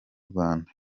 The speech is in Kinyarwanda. rwanda